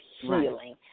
healing